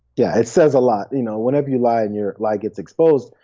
yeah, it says a lot. you know whenever you lie, and your lie gets exposed,